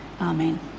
Amen